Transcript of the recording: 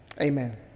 Amen